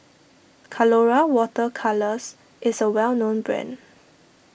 Colora Water Colours is a well known brand